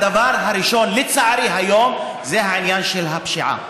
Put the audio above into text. הדבר הראשון היום, לצערי, זה העניין של הפשיעה.